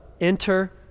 enter